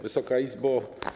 Wysoka Izbo!